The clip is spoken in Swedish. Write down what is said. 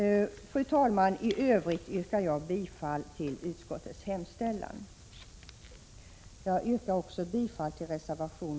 Fru talman! I övrigt yrkar jag bifall till utskottets hemställan.